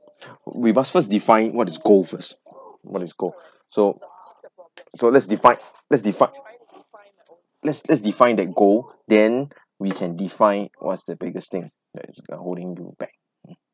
we must first define what is goal first what is goal so so let's define let's define let's let's define that goal then we can define what's the biggest thing that it's uh holding you back